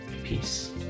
Peace